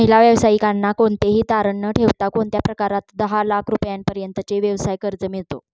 महिला व्यावसायिकांना कोणतेही तारण न ठेवता कोणत्या प्रकारात दहा लाख रुपयांपर्यंतचे व्यवसाय कर्ज मिळतो?